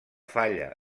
falla